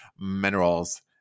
minerals